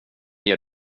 ger